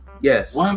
yes